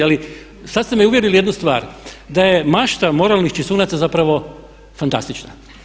Ali sad ste me uvjerili jednu stvar, da je mašta moralnih čistunaca zapravo fantastična.